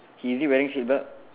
he is he wearing seat belt